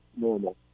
normal